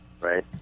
right